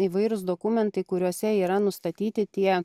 įvairūs dokumentai kuriuose yra nustatyti tie